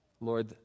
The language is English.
Lord